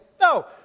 No